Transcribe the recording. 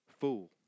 fool